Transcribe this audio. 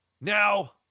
Now